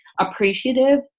appreciative